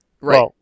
Right